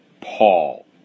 Paul